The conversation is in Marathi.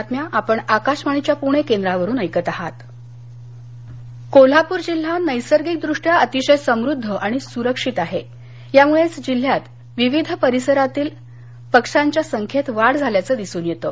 पक्षी गणना कोल्हापर कोल्हापूर जिल्हा नैसर्गिक दृष्ट्या अतिशय समृद्ध आणि सुरक्षित आहे यामुळेच जिल्ह्यात विविध परिसरातील पक्ष्यांच्या संख्येत वाढ झाल्याघे दिसून येतं